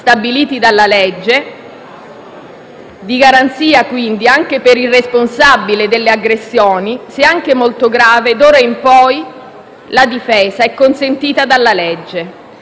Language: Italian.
stabiliti dalla legge, di garanzia quindi anche per il responsabile delle aggressioni, se anche molto grave, d'ora in poi è consentita dalla legge.